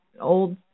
old